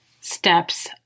steps